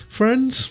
friends